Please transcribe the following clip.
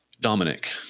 Dominic